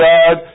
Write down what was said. God